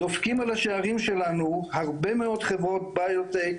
דופקים על השערים שלנו הרבה מאוד חברות ביוטק,